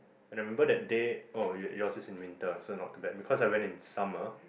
and I remember that day oh your yours is in winter so not too bad because I went in summer